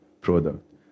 product